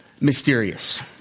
mysterious